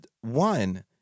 one